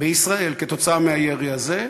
בישראל, מהירי הזה,